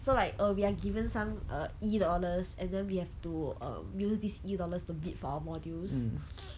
so like uh we are given some uh E dollars and then we have um use this E dollars to bid for our modules